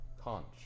Conch